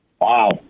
Wow